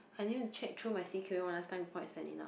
I need to check through my c_q_e one last time what I sent it out